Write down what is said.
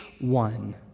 one